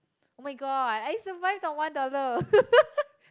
oh-my-god I survived on one dollar